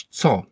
co